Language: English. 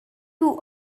two